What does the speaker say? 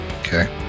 Okay